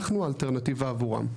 אנחנו אלטרנטיבה עבורם.